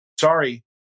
Sorry